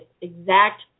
exact